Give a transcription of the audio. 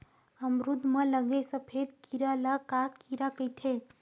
अमरूद म लगे सफेद कीरा ल का कीरा कइथे?